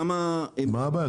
כמה --- מה הבעיה?